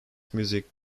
music